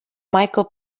michael